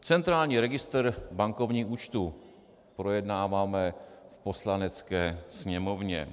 Centrální registr bankovních účtů projednáváme v Poslanecké sněmovně.